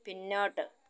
പിന്നോട്ട്